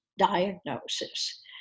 diagnosis